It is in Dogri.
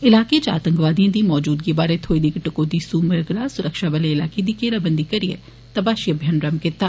इलाके च आतंकवादिए दी मौजूदगी बारै थ्होई दी इक टकोहदी सूह मगरा सुरक्षाबलें इलाके दी घेराबंदी करियै तपाशी अभियान रम्म कीता